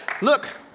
Look